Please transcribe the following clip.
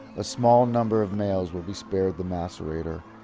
a small number of males will be spared the macerator